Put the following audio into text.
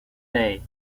day